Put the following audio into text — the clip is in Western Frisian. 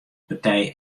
partij